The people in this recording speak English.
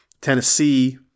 Tennessee